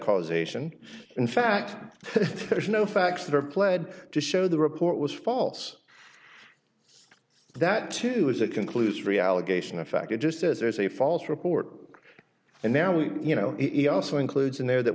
causation in fact there's no facts there pled to show the report was false that too was a conclusory allegation of fact it just says there's a false report and now we you know he also includes in there that